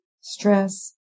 stress